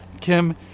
Kim